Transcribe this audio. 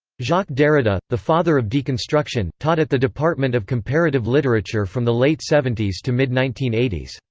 jacques derrida, the father of deconstruction, taught at the department of comparative literature from the late seventies to mid nineteen eighty s.